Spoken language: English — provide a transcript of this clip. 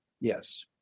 Yes